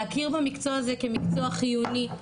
להכיר במקצוע הזה כמקצוע חיוני,